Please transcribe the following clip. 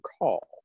call